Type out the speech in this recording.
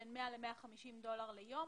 בין 100 ל-150 דולר ליום.